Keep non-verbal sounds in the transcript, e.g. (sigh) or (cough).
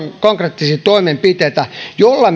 konkreettisia toimenpiteitä joilla (unintelligible)